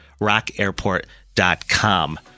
rockairport.com